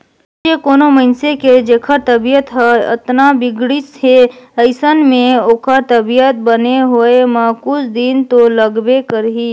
सोंचे कोनो मइनसे के जेखर तबीयत हर अतना बिगड़िस हे अइसन में ओखर तबीयत बने होए म कुछ दिन तो लागबे करही